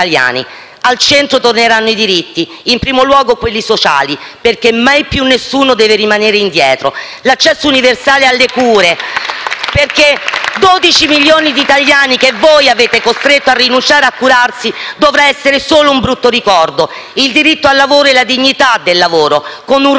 Al centro torneranno i diritti, in primo luogo quelli sociali, perché mai più nessuno deve rimanere indietro. *(Applausi dai Gruppi M5S e L-SP)*. L'accesso universale alle cure, perché 12 milioni di italiani che voi avete costretto a rinunciare a curarsi dovrà essere solo un brutto ricordo. Il diritto al lavoro e la dignità del lavoro, con un reddito e una pensione